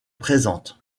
présente